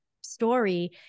story